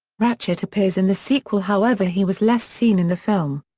ratchet appears in the sequel however he was less seen in the film.